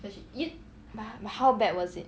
but but how bad was it